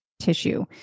tissue